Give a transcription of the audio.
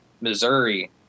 missouri